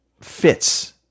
fits